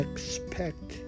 Expect